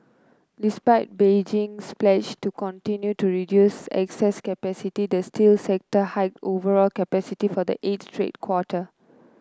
despite Beijing's pledge to continue to reduce excess capacity the steel sector hiked overall capacity for the eighth straight quarter